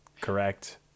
correct